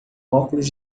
óculos